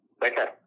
better